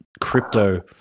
crypto